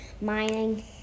mining